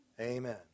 Amen